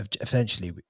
essentially